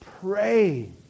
Pray